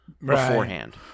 beforehand